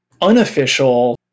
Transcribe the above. unofficial